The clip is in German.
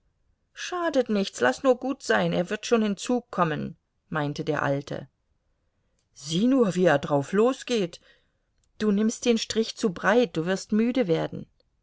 schadet nichts laß nur gut sein er wird schon in zug kommen meinte der alte sieh nur wie er drauflosgeht du nimmst den strich zu breit du wirst müde werden